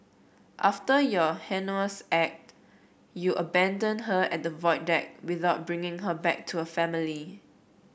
after your heinous act you abandoned her at the Void Deck without bringing her back to her family